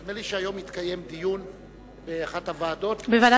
נדמה לי שהיום התקיים דיון בוועדת הכספים.